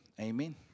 Amen